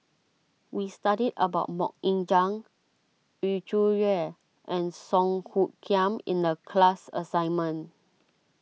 we studied about Mok Ying Jang Yu Zhuye and Song Hoot Kiam in the class assignment